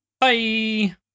Bye